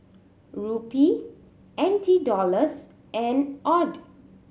Rupee N T Dollars and AUD